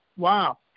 Wow